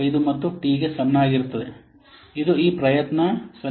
75 ಮತ್ತು ಟಿ ಗೆ ಸಮನಾಗಿರುತ್ತದೆ ಇದು ಈ ಪ್ರಯತ್ನ 0